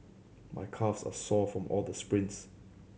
my calves are sore from all the sprints